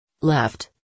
left